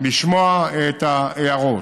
לשמוע את הערות.